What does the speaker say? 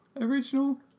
original